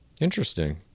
Interesting